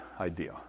idea